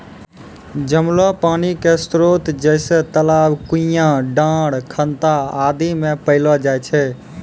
जमलो पानी क स्रोत जैसें तालाब, कुण्यां, डाँड़, खनता आदि म पैलो जाय छै